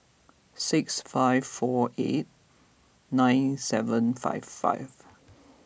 six five four eight nine seven five five